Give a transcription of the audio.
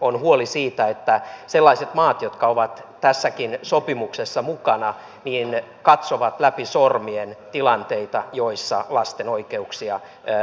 on huoli siitä että sellaiset maat jotka ovat tässäkin sopimuksessa mukana katsovat läpi sormien tilanteita joissa lasten oikeuksia laiminlyödään